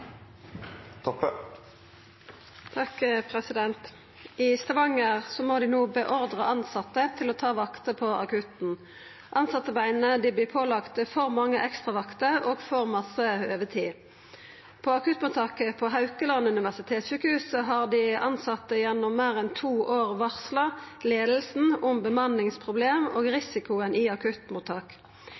å ta vakter på akutten. Ansatte mener de blir pålagt for mange ekstravakter og for mye overtid. På akuttmottaket på Haukeland universitetssjukehus har ansatte gjennom mer enn to år varslet ledelsen om bemanningsproblemene og risikoen i akuttmottak.